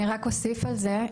אני רק אוסיף על זה,